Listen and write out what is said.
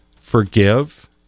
Forgive